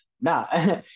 Nah